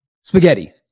spaghetti